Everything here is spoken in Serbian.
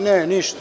Ne ništa.